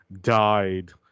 died